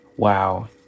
Wow